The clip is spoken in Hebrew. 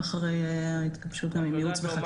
אחרי התגבשות עם ייעוץ וחקיקה.